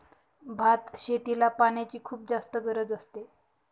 भात शेतीला पाण्याची खुप जास्त गरज असते